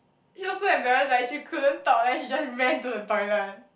she also embarrassed like she couldn't talk then she just ran to the toilet